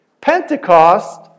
Pentecost